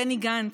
בני גנץ,